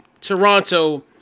Toronto